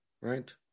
right